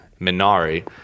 Minari